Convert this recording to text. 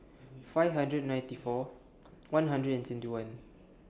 five hundred and ninety four one hundred and twenty one